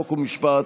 חוק ומשפט,